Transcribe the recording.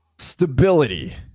stability